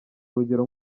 urugero